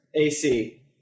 AC